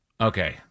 Okay